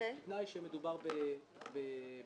בתנאי שמדובר ב-5%.